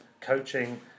Coaching